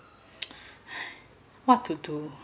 what to do